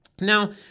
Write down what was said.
Now